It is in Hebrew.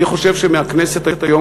אני חושב שמהכנסת היום,